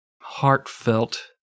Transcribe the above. heartfelt